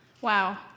Wow